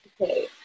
okay